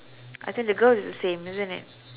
I think the girl is the same isn't it